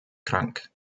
krank